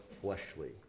fleshly